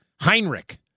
Heinrich